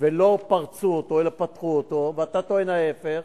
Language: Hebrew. ולא פרצו אותו אלא פתחו אותו ואתה טוען ההיפך,